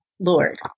Lord